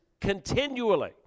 continually